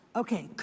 okay